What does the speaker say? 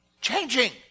Changing